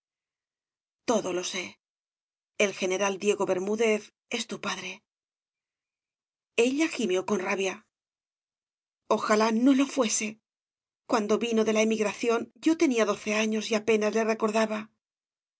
todo lo sé el general diego bermúdez es tu padre ella gimió con rabia ojalá no lo fuese cuando vino de la ííz obras de valle inclan emigración yo tenía doce años y apenas le recordaba